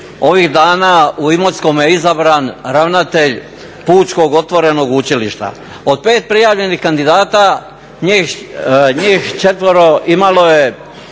ovih dana u Imotskome je izabran ravnatelj Pučkog otvorenog učilišta. Od 5 prijavljenih kandidata njih 4 imalo je